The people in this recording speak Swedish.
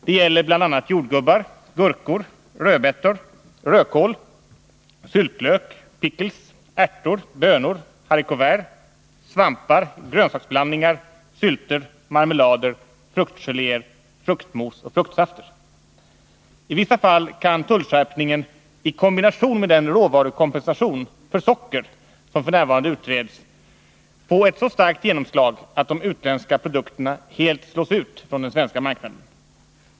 Det gäller bl.a. jordgubbar, gurkor, rödbetor, rödkål, syltlök, pickels, ärter, bönor, haricots verts, svampar, grönsaksblandningar, sylter, marmelader, fruktgeléer, fruktmos och fruktsafter. I vissa fall kan tullskärpningen i kombination med den råvarukostnadskompensation för socker som f. n. utreds få ett så starkt genomslag att de utländska produkterna slås ut från den svenska marknaden.